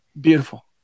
Beautiful